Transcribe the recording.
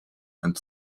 and